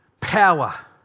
power